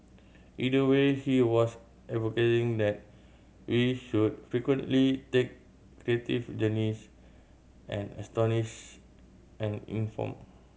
either way he was advocating that we should frequently take creative journeys and astonish and inform